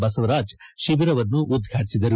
ಬಸವರಾಜ್ ಶಿಬಿರವನ್ನು ಉದ್ವಾಟಿಸಿದರು